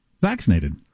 vaccinated